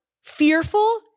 fearful